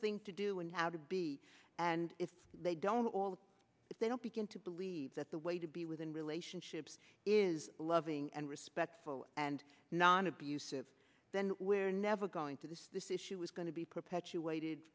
thing to do and how to be and if they don't all if they don't begin to believe that the way to be within relationships is loving and respectful and non abusive then we're never going to this this issue is going to be perpetuated